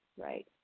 right